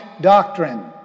doctrine